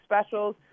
specials